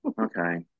okay